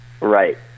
Right